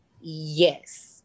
yes